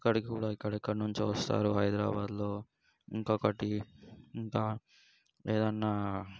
అక్కడి కూడా ఎక్కడెక్కడ నుంచో వస్తారు హైదరాబాద్లో ఇంకొకటి ఇంకా ఏదన్నా